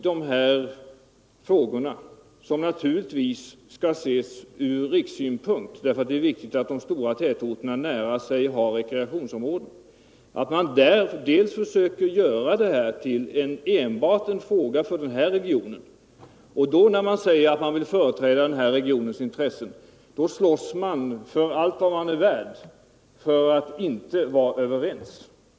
Den här frågan skall naturligtvis ses ur rikssynpunkt, eftersom det är viktigt att de stora tätorterna nära sig har rekreationsområden. Jag tycker det är synd att man försöker göra den till en fråga enbart för en region. Och när man säger att man vill företräda den här regionens intressen slåss man för allt vad man är värd för att inte vara överens.